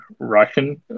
Riken